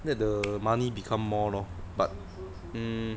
let the money become more lor but mm